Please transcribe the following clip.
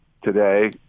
today